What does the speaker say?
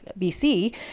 BC